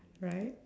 right